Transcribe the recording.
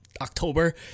October